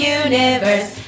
universe